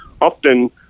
often